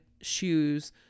shoes